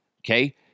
Okay